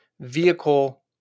vehicle